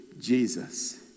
Jesus